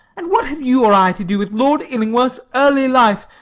and what have you or i to do with lord illingworth's early life?